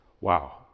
wow